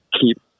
keep